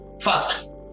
First